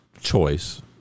choice